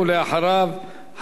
ואחריו,